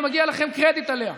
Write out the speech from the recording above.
ומגיע לכם קרדיט עליה.